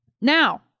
Now